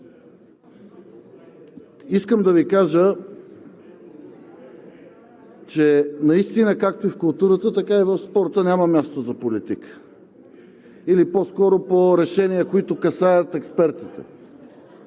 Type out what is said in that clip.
Искам да Ви кажа, че наистина както в културата, така и в спорта няма място за политика или по скоро по решения, които касаят експертите.